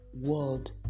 world